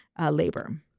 labor